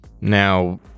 Now